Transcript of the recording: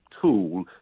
tool